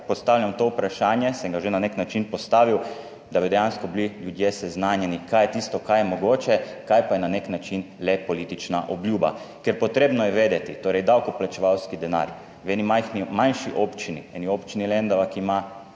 postavljam to vprašanje, sem ga že na nek način postavil, da bi dejansko bili ljudje seznanjeni, kaj je tisto, kar je mogoče, kaj pa je na nek način le politična obljuba. Ker potrebno je vedeti, davkoplačevalski denar v eni manjši občini, eni Občini Lendava, ki ima